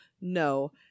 no